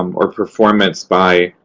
um or performance by,